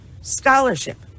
scholarship